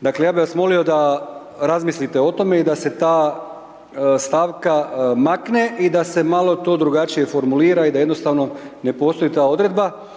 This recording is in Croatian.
Dakle ja bih vas molio da razmislite o tome i da se ta stavka makne i da se malo to drugačije formulira i da jednostavno ne postoji ta odredba.